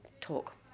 talk